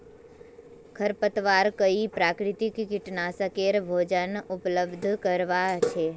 खरपतवार कई प्राकृतिक कीटनाशकेर भोजन उपलब्ध करवा छे